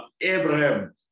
Abraham